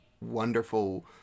wonderful